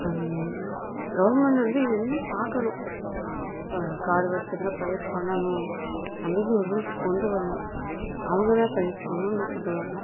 government வந்து இதை இன்னும் பார்க்கணும் இப்போ காடு வச்சுருந்தா பயிர் பண்ணணும் அப்படின்று ஒரு ரூல்ஸ் கொண்டு வரணும் அவங்கதான் பயிர் பண்ணணும்னு கொண்டு வரணும்